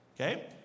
okay